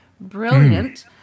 Brilliant